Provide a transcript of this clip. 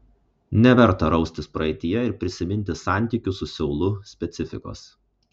neverta raustis praeityje ir prisiminti santykių su seulu specifikos